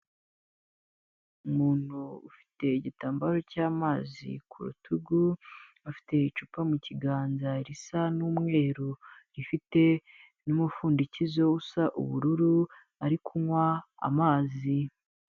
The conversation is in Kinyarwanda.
Umuntu ufite igitambaro cy'amazi ku rutugu, afite icupa mu kiganza risa n'umweru rifite n'umufundikizo usa ubururu, ari kunywa amazi.